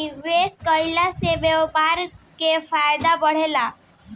निवेश कईला से व्यापार के फायदा बढ़ेला